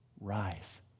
Rise